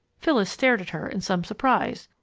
phyllis stared at her in some surprise.